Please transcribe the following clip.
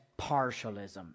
partialism